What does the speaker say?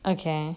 okay